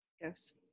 Yes